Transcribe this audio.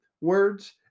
words